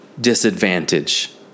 disadvantage